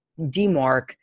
demark